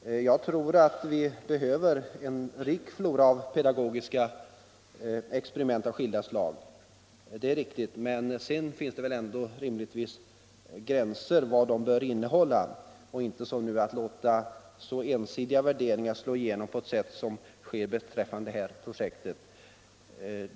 Det är riktigt att vi behöver en rik flora av pedagogiska experiment, men det finns rimligtvis gränser för vad dessa bör innehålla. Man bör inte som nu låta ensidiga värderingar slå igenom på det sätt som sker beträffande det här projektet.